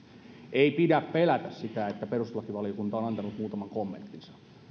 ei pidä pelätä sitä että perustuslakivaliokunta on antanut muutaman kommenttinsa